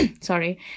sorry